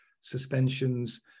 suspensions